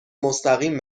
مستقیم